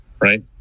right